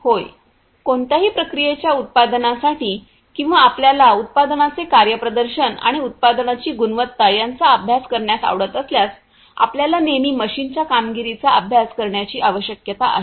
होय कोणत्याही प्रक्रियेच्या उत्पादनासाठी किंवा आपल्याला उत्पादनाचे कार्यप्रदर्शन आणि उत्पादनाची गुणवत्ता यांचा अभ्यास करण्यास आवडत असल्यास आपल्याला नेहमी मशीनच्या कामगिरीचा अभ्यास करण्याची आवश्यकता आहे